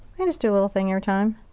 and just do a little thing your time.